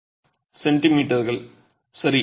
சென்டிமீட்டர்கள் சரி